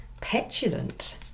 petulant